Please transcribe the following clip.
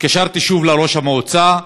התקשרתי שוב לראש המועצה,